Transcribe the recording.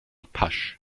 pasch